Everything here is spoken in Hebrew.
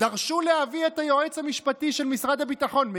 דרשו להביא את היועץ המשפטי של משרד הביטחון.